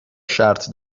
شرط